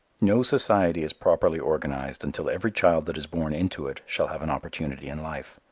no society is properly organized until every child that is born into it shall have an opportunity in life.